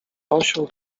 osioł